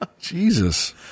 Jesus